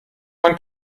man